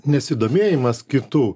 nesidomėjimas kitu